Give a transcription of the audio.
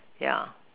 yeah